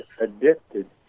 addicted